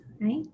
right